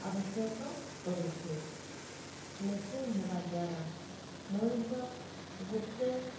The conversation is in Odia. ଆବଶ୍ୟକ କରୁଛି ମେସିନ୍ ହେବା ଦ୍ୱାରା ମଣିଷ ଗୋଟିଏ